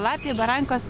latvijoj barankos